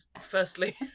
firstly